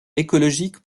écologique